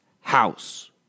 house